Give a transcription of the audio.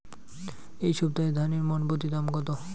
এই সপ্তাহে ধানের মন প্রতি দাম কত?